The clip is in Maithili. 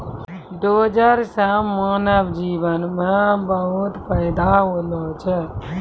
डोजर सें मानव जीवन म बहुत फायदा होलो छै